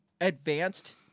advanced